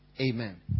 Amen